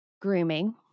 grooming